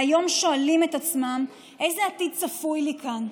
והיום שואלים את עצמם: איזה עתיד צפוי לי כאן?